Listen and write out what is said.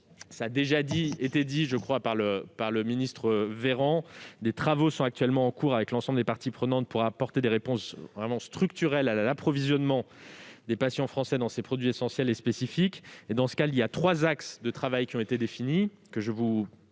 ont déjà été soulignées, je crois, par le ministre Olivier Véran. Des travaux sont en cours avec l'ensemble des parties prenantes pour apporter des réponses vraiment structurelles à l'approvisionnement des patients français dans ces produits essentiels et spécifiques. Je vous rappelle les trois axes de travail qui ont été définis dans ce cadre